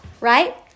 right